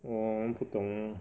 我不懂 uh